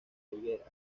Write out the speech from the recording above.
higuera